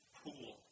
pool